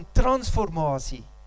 transformatie